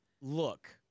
look